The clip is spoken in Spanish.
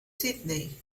sídney